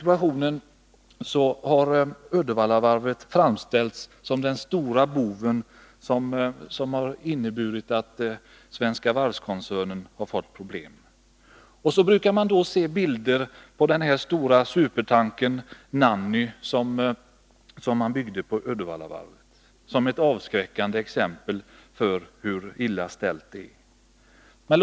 Uddevallavarvet har framställts som den stora boven, som förorsakat att Svenska Varv-koncernen har fått problem. Vi brukar få se bilder på supertankern Nanny som Uddevallavarvet byggde och som skulle vara ett avskräckande exempel som visar hur illa ställt det är.